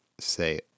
say